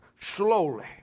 slowly